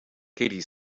katie